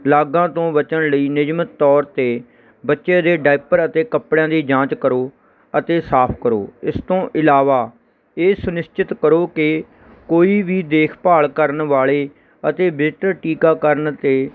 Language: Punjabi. ਲਾਗਾਂ ਤੋਂ ਬਚਣ ਲਈ ਨਿਯਮਿਤ ਤੌਰ 'ਤੇ ਬੱਚਿਆਂ ਦੇ ਡਾਈਪਰ ਅਤੇ ਕੱਪੜਿਆਂ ਦੀ ਜਾਂਚ ਕਰੋ ਅਤੇ ਸਾਫ ਕਰੋ ਇਸ ਤੋਂ ਇਲਾਵਾ ਇਹ ਸੁਨਿਸ਼ਚਿਤ ਕਰੋ ਕਿ ਕੋਈ ਵੀ ਦੇਖਭਾਲ ਕਰਨ ਵਾਲੇ ਅਤੇ ਬਿਹਤਰ ਟੀਕਾਕਰਨ 'ਤੇ